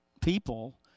people